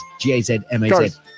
G-A-Z-M-A-Z